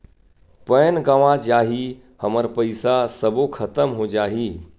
Pan गंवा जाही हमर पईसा सबो खतम हो जाही?